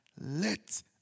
Let